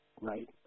right